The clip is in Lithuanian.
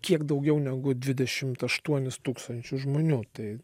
kiek daugiau negu dvidešimt aštuonis tūkstančius žmonių tai